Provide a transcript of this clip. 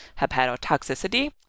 hepatotoxicity